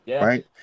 Right